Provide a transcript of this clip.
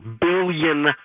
billion